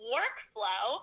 Workflow